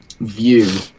view